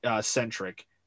centric